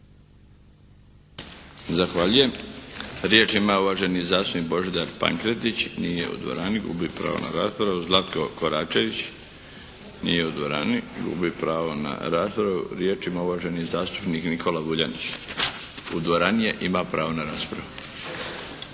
Zahvaljujem. Riječ ima uvaženi zastupnik Božidar Pankretić. Nije u dvorani. Gubi pravo na raspravu. Zlatko Koračević. Nije u dvorani. Gubi pravo na raspravu. Riječ ima uvaženi zastupnik Nikola Vuljanić. U dvorani je i ima pravo na riječ.